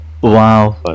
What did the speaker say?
Wow